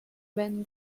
been